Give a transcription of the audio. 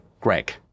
Greg